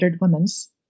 women's